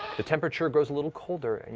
the temperature grows a little colder, and